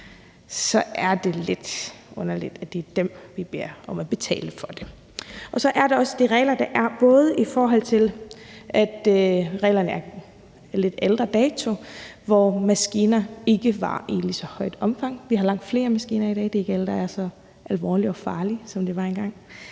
så er det lidt underligt, at det er dem, vi beder om at betale for det, og så er der også de regler, der er. Der er både i forhold til at reglerne er af lidt ældre dato, hvor der ikke i et lige så højt omfang var maskiner. Vi har langt flere maskiner i dag, og det er ikke alle, der er så alvorlige og farlige, som det var engang,